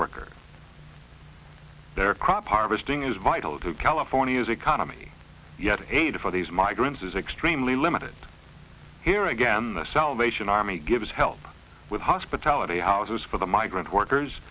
worker their crop harvesting is vital to california's economy yet aid for these migrants is extremely limited here again the salvation army gives help with hospitality houses for the migrant workers